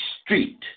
street